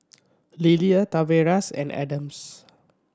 Lillia Tavares and Adams